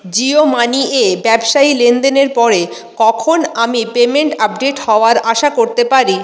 Jio money এ ব্যবসায়ী লেনদেনের পরে কখন আমি পেমেন্ট আপডেট হওয়ার আশা করতে পারি